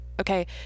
Okay